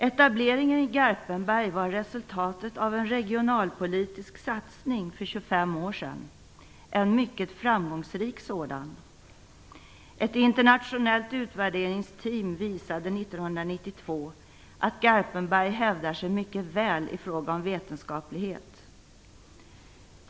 Etableringen i Garpenberg var resultatet av en regionalpolitisk satsning för 25 år sedan - en mycket framgångsrik sådan. Ett internationellt utvärderingsteam visade 1992 att Garpenberg hävdar sig mycket väl i fråga om vetenskaplighet.